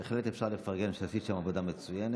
בהחלט אפשר לפרגן שעשית שם עבודה מצוינת,